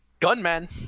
Gunman